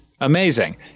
amazing